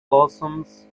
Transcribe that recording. blossoms